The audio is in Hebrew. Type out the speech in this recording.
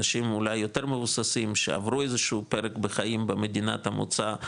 אנשים אולי יותר מבוססים שעברו איזשהו פרק בחיים במדינת המוצא,